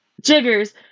Jiggers